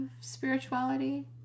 spirituality